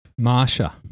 Marsha